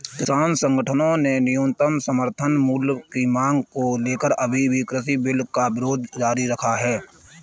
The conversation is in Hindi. किसान संगठनों ने न्यूनतम समर्थन मूल्य की मांग को लेकर अभी भी कृषि बिल का विरोध जारी रखा है